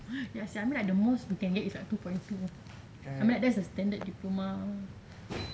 ya sia I mean like the most we can get is two point two I mean like that's the standard diploma